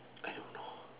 I don't know